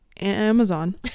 amazon